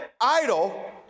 idol